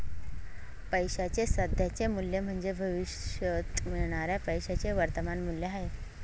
पैशाचे सध्याचे मूल्य म्हणजे भविष्यात मिळणाऱ्या पैशाचे वर्तमान मूल्य आहे